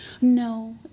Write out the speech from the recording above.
No